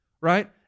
right